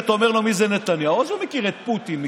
ובירכנו עליו פעמיים: פעם על ההסכם ופעם,